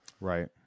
Right